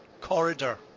corridor